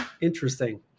interesting